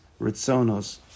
Ritzonos